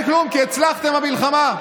אין כלום, כי הצלחתם במלחמה.